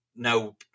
no